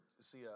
see